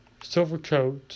Silvercoat